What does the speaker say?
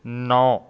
ਨੌ